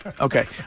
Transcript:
okay